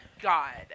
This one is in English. God